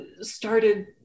started